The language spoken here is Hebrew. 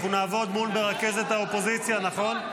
אנחנו נעבוד מול מרכזת האופוזיציה, נכון?